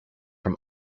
from